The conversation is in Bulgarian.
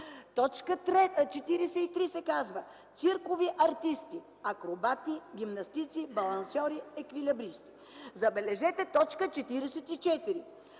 В т. 43 се казва: „циркови артисти: акробати, гимнастици, балансьори, еквилибристи”. Забележете т. 44: